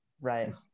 Right